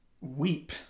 weep